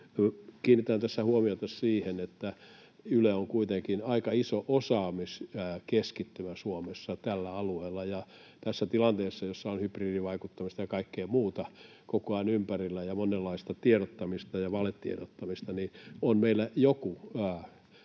Kiinnitän tässä huomiota siihen, että Yle on kuitenkin aika iso osaamiskeskittymä Suomessa tällä alueella, ja tässä tilanteessa, jossa on hybridivaikuttamista ja kaikkea muuta koko ajan ympärillä ja monenlaista tiedottamista ja valetiedottamista, meillä on